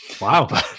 wow